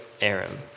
Aram